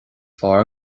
fearr